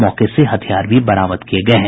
मौके से हथियार भी बरामद किये गये हैं